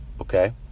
okay